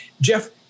Jeff